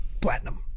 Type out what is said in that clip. Platinum